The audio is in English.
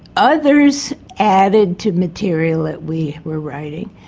others added to material that we were writing.